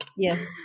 Yes